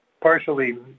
partially